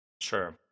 Sure